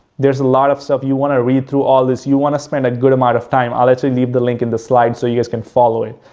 there's a lot of stuff, you want to read through all this. you want to spend a good amount of time. i'll actually leave the link in the slides so you guys can follow it.